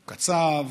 קצב,